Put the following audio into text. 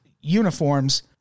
uniforms